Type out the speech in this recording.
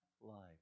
life